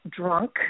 drunk